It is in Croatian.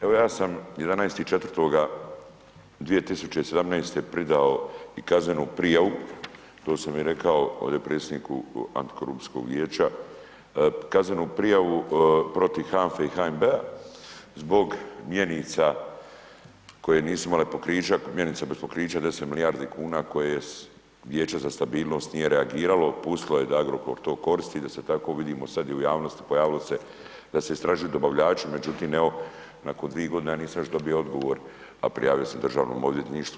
Evo ja sam 11.4.2017. pridao i kaznenu prijavu, to sam i rekao ovde predsjedniku antikorupcijskog vijeća, kaznenu prijavu protiv HANFE i HNB-a zbog mjenica koje nisu imale pokrića, mjenica bez pokrića, 10 milijardi kuna koje vijeće za stabilnost nije reagiralo, pustilo je da Agrokor to koristi da se tako vidimo sad i u javnosti, pojavilo se da se istražuju dobavljači, međutim evo nakon 2 godine ja nisam još dobio odgovor, a prijavio sam državnom odvjetništvu.